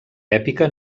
èpica